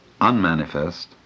unmanifest